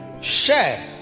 share